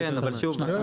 כן אבל שוב,